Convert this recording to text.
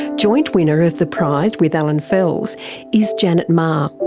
joint winner of the prize with allan fels is janet meagher.